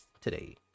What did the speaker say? today